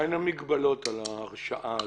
מהן המגבלות על ההרשאה הזאת?